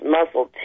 muscle